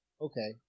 Okay